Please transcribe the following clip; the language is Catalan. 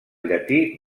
llatí